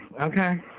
okay